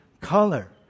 color